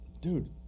Dude